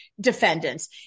defendants